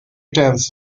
attempts